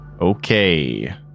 Okay